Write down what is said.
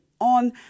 on